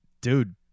Dude